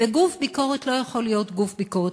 וגוף ביקורת לא יכול להיות גוף ביקורת